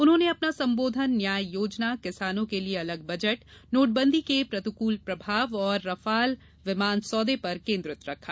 उन्होंने अपना संबोधन न्याय योजना किसानों के लिए अलग बजट नोटबंदी के प्रतिकूल प्रभाव और रफाल विमान सौदे पर केन्द्रित रखा